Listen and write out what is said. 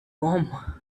warm